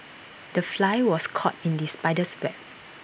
the fly was caught in the spider's web